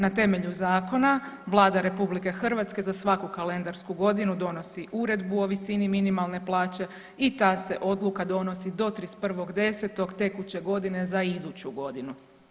Na temelju zakona Vlada RH za svaku kalendarsku godinu donosi Uredbu o visini minimalne plaće i ta se odluka donosi do 31.10. tekuće godine za iduću godinu.